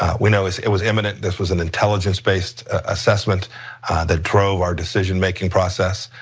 we know it was imminent, this was an intelligence based assessment that drove our decision making process.